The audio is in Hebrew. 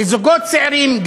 לזוגות צעירים,